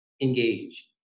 engage